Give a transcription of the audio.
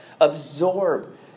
absorb